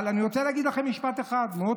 אבל אני רוצה להגיד לכם משפט אחד: מאוד